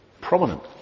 prominent